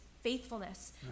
faithfulness